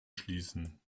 schließen